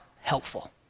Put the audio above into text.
helpful